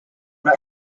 not